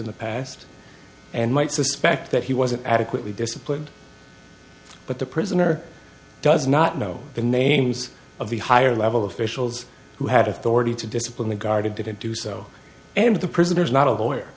in the past and might suspect that he wasn't adequately disciplined but the prisoner does not know the names of the higher level officials who had authority to discipline the guard it didn't do so and the prisoner is not a lawyer